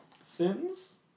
Sins